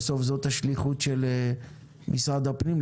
זאת השליחות של משרד הפנים,